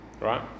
right